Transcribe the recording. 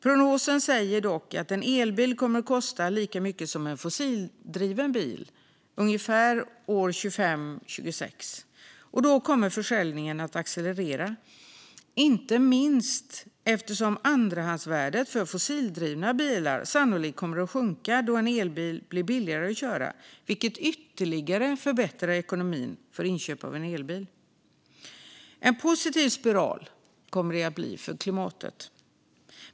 Prognosen säger dock att en elbil kommer att kosta lika mycket som en fossildriven bil ungefär 2025-2026, och då kommer försäljningen att accelerera - inte minst eftersom andrahandsvärdet på fossildrivna bilar sannolikt kommer att sjunka då en elbil blir billigare att köra, vilket ytterligare förbättrar ekonomin vid inköp av en elbil. Detta kommer att bli en positiv spiral för klimatet.